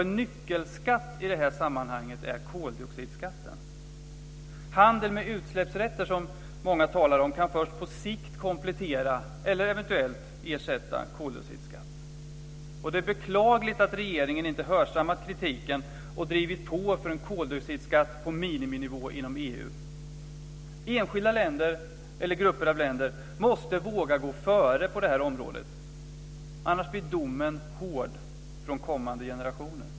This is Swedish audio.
En nyckelskatt i det här sammanhanget är koldioxidskatten. Handel med utsläppsrätter, som många talar om, kan först på sikt komplettera eller eventuellt ersätta koldioxidskatt. Det är beklagligt att regeringen inte har hörsammat kritiken och drivit på för en koldioxidskatt på miniminivå inom EU. Enskilda länder eller grupper av länder måste våga gå före på det här området. Annars blir domen hård från kommande generationer.